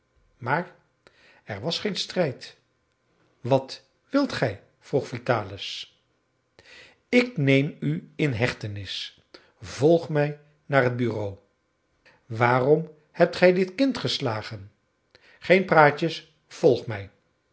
maar er was geen strijd wat wilt gij vroeg vitalis ik neem u in hechtenis volg mij naar het bureau waarom hebt gij dit kind geslagen geen praatjes volg mij